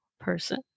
person